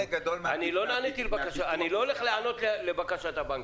אני לא הולך להיענות לבקשת הבנקים,